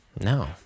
No